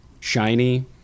Shiny